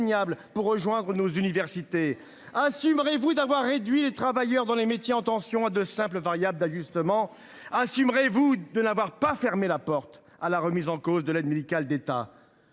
pour rejoindre nos universités ? Assumerez vous d’avoir réduit les travailleurs des métiers en tension à de simples variables d’ajustement ? Assumerez vous de n’avoir pas fermé la porte à la remise en cause de l’aide médicale de l’État ?